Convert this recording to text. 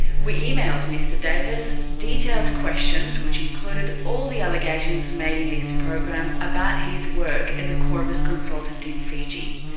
we emailed mr davis detailed questions which included all the allegations made in this program about his work as a qorvis consultant in fiji.